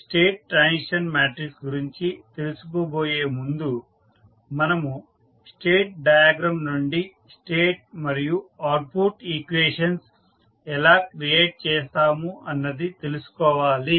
state transition matrix గురించి తెలుసుకోబేయే ముందు మనము స్టేట్ డయాగ్రమ్ నుండి స్టేట్ మరియు అవుట్పుట్ ఈక్వేషన్స్ ఎలా క్రియేట్ చేస్తాము అన్నది తెలుసుకోవాలి